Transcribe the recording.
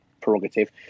prerogative